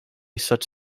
such